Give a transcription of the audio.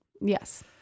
Yes